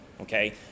okay